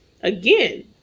again